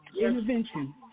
intervention